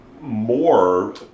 more